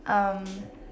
um